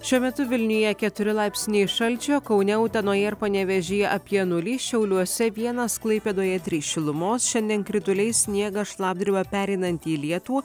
šiuo metu vilniuje keturi laipsniai šalčio kaune utenoje ir panevėžyje apie nulį šiauliuose vienas klaipėdoje trys šilumos šiandien krituliai sniegas šlapdriba pereinanti į lietų